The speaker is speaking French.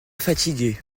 fatigué